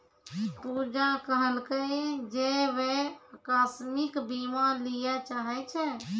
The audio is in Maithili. पूजा कहलकै जे वैं अकास्मिक बीमा लिये चाहै छै